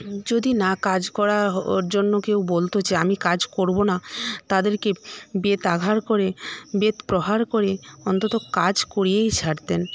যদি না কাজ করার জন্য কেউ বলত যে আমি কাজ করব না তাদেরকে বেতাঘাত করে বেত প্রহার করে অন্তত কাজ করিয়েই ছাড়তেন